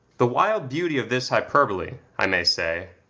the wild beauty of this hyperbole, i may say,